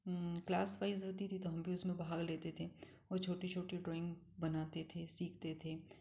class wise होती थी तो हम भी उसमें भाग लेते थे और छोटी छोटी ड्राइंग बनाते थे सीखते थे